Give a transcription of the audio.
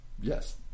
Yes